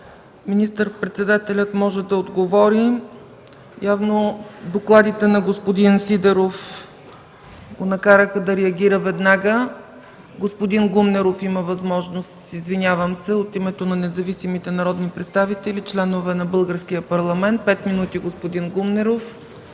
министър-председателят може да отговори. Явно докладите на господин Сидеров го накараха да реагира веднага. Извинявам се, господин Гумнеров има възможност от името на независимите народни представители – членове на Българския парламент. Пет минути, господин Гумнеров.